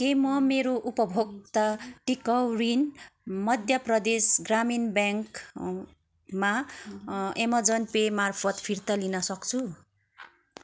के म मेरो उपभोक्ता टिकाउ ऋण मध्य प्रदेश ग्रामीण ब्याङ्कमा अमेजन पे मार्फत फिर्ता लिन सक्छु